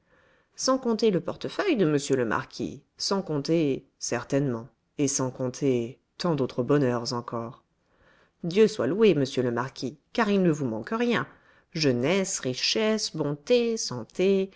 sans compter le portefeuille de monsieur le marquis sans compter certainement et sans compter tant d'autres bonheurs encore dieu soit loué monsieur le marquis car il ne vous manque rien jeunesse richesse bonté santé